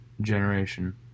generation